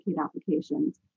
applications